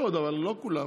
יש עוד, אבל לא כולם.